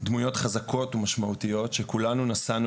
דמויות חזקות ומשמעותיות שכולנו נשאנו